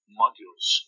modules